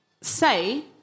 Say